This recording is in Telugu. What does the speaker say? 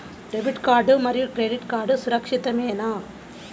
డెబిట్ కార్డ్ మరియు క్రెడిట్ కార్డ్ సురక్షితమేనా?